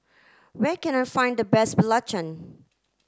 where can I find the best Belacan